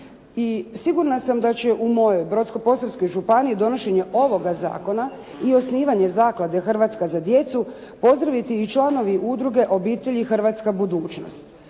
sigurna sam da će u mojoj Brodsko-posavskoj županiji donošenje ovoga zakona i osnivanje zaklade "Hrvatska za djecu" pozdraviti i članovi Udruge obitelji "Hrvatska budućnost"